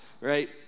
Right